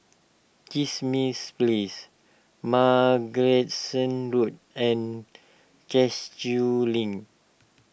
Kismis Place Road and Link